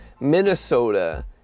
Minnesota